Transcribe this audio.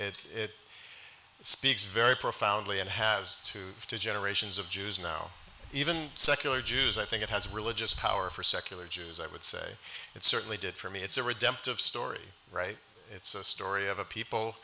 story it speaks very profoundly and has two to generations of jews now even secular jews i think it has religious power for secular jews i would say it certainly did for me it's a redemptive story right it's a story of a people